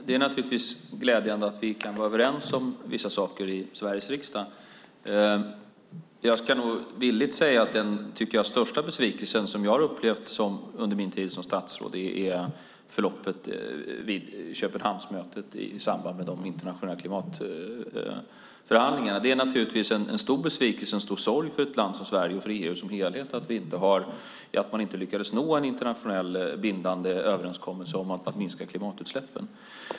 Herr talman! Det är glädjande att vi kan vara överens om vissa saker i Sveriges riksdag. Jag ska villigt säga att den största besvikelsen som har jag upplevt under min tid som statsråd är förloppet vid Köpenhamnsmötet i samband med de internationella klimatförhandlingarna. Det är en stor besvikelse och en sorg för ett land som Sverige och EU som helhet att man inte lyckades nå en internationellt bindande överenskommelse om att minska klimatutsläppen.